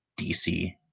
dc